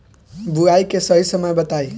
बुआई के सही समय बताई?